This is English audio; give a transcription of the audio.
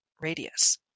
radius